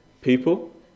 People